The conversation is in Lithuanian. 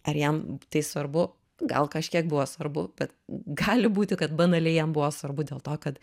ar jam tai svarbu gal kažkiek buvo svarbu bet gali būti kad banaliai jam buvo svarbu dėl to kad